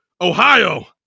Ohio